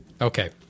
okay